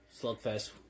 slugfest